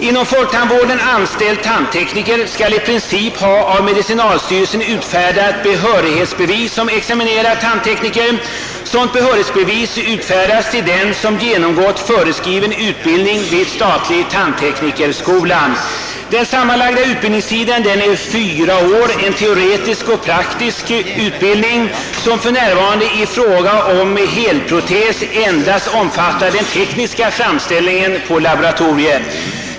Inom folktandvården anställd tandtekniker skall i princip ha av medicinalstyrelsen utfärdat behörighetsbevis som examinerad tandtekniker. Sådant behörighetsbevis utfärdas till den som genomgått föreskriven utbildning vid statlig tandteknikerskola. Den sammanlagda utbildningstiden är fyra år, uppdelad på teoretisk och praktisk utbildning, som för närvarande i fråga om helprotes endast omfattar den tekniska framställningen på laboratorier.